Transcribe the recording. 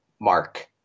Mark